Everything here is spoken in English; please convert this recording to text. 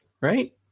right